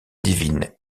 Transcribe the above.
divine